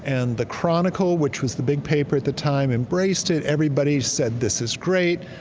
and the chronicle, which was the big paper at the time embraced it. everybody said, this is great,